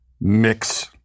Mix